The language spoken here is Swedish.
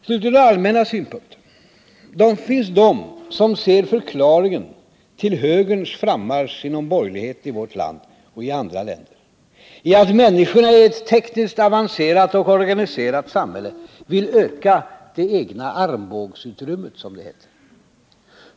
Slutligen några allmänna synpunkter: Det finns de som ser förklaringen till högerns frammarsch inom borgerligheten i vårt land och i andra länder i att människorna i ett tekniskt avancerat och organiserat samhälle vill öka det egna armbågsutrymmet, som det heter.